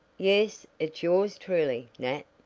yes, it's yours truly, nat.